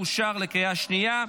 אושר בקריאה השנייה.